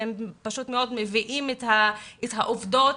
אתם פשוט מאוד מביאים את העובדות,